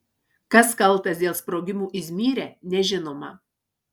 kas kaltas dėl sprogimą izmyre nežinoma